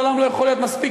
לעולם לא יכול להיות מספיק